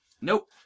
Nope